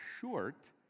short